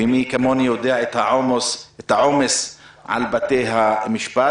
ומי כמוני יודע את העומס על בתי המשפט,